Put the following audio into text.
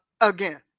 again